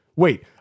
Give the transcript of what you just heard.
wait